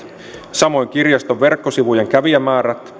samoin kirjaston verkkosivujen kävijämäärät